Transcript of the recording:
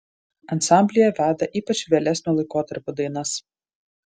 ansamblyje veda ypač vėlesnio laikotarpio dainas